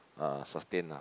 uh sustain lah